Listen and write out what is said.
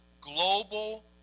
global